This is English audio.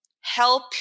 help